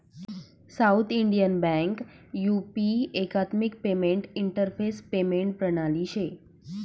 south Indian Bank UPI एकात्मिक payment interface payment प्रणाली शे